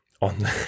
on